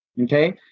Okay